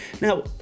Now